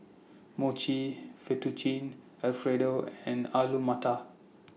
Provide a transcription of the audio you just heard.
Mochi Fettuccine Alfredo and Alu Matar